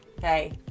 hey